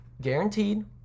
Guaranteed